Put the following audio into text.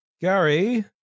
Gary